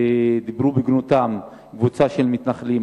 ודיברה בגנותם קבוצה של מתנחלים,